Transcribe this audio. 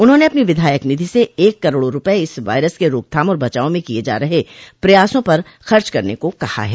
उन्होंने अपनी विधायक निधि से एक करोड़ रूपये इस वायरस के रोकथाम और बचाव में किये जा रहे प्रयासों पर खर्च करने को कहा है